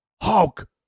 Hulk